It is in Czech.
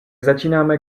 začínáme